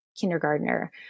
kindergartner